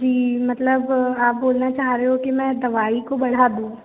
जी मतलब आप बोलना चाह रहे हो कि मैं दवाई को बढ़ा दूँ